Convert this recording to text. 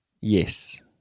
Yes